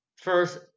First